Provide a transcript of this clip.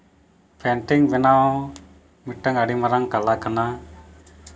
painting ᱵᱮᱱᱟᱣ ᱢᱤᱫᱴᱟᱝ ᱟᱹᱰᱤ ᱢᱟᱨᱟᱝ ᱠᱚᱞᱟ ᱠᱟᱱᱟ